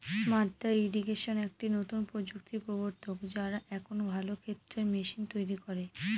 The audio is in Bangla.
মাদ্দা ইরিগেশন একটি নতুন প্রযুক্তির প্রবর্তক, যারা এখন ভালো ক্ষেতের মেশিন তৈরী করে